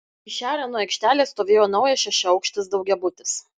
į šiaurę nuo aikštelės stovėjo naujas šešiaaukštis daugiabutis